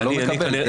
אתה לא מוכן לקבל.